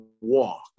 walk